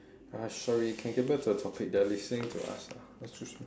uh sorry can get back to the topic they're listening to us ah excuse me